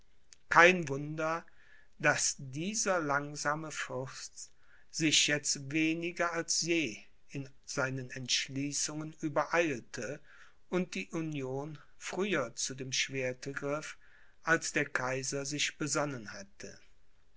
kein wunder daß dieser langsame fürst sich jetzt weniger als je in seinen entschließungen übereilte und die union früher zu dem schwerte griff als der kaiser sich besonnen hatte